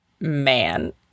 man